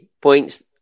points